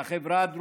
תודה, עלי.